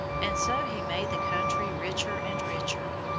and so he made the country richer and richer.